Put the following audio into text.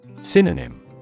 Synonym